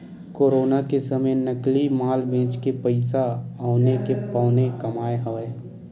corona के समे नकली माल बेचके पइसा औने के पौने कमाए हवय